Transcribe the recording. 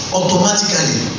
automatically